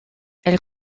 elle